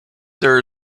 there